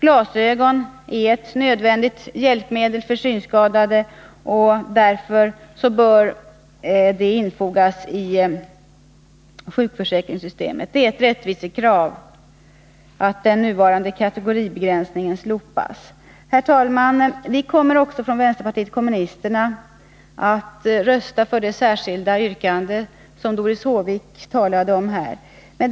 Glasögon är ett nödvändigt hjälpmedel för synskadade och bör därför infogas i sjukförsäkringssystemet. Det är ett rättvisekrav att den nuvarande kategoribegränsningen slopas. Herr talman! Vi i vänsterpartiet kommunisterna kommer också att rösta på det särskilda yrkande som Doris Håvik talade om. Herr talman!